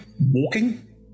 walking